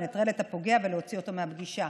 לנטרל את הפוגע ולהוציא אותו מהפגישה.